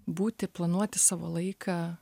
būti planuoti savo laiką